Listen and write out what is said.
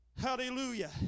Hallelujah